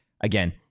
again